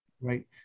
right